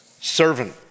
servant